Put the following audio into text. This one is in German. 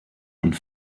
und